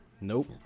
Nope